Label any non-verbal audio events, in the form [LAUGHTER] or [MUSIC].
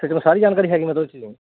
[UNINTELLIGIBLE] ਸਾਰੀ ਜਾਣਕਾਰੀ ਹੈਗੀ ਮਤਲਬ ਉਹ 'ਚ